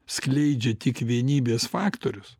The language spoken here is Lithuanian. skleidžia tik vienybės faktorius